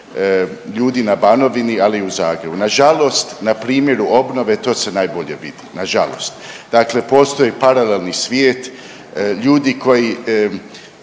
ljudi na Banovini, ali i u Zagrebu. Na žalost na primjeru obnove to se najbolje vidi, na žalost. Dakle, postoji paralelni svijet, ljudi koji